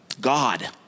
God